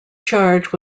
charge